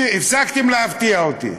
הפסקתם להפתיע אותי.